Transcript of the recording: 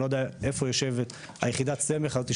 אני לא יודע איפה נמצאת יחידת הסמך הזאת,